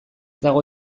dago